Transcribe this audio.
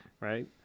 Right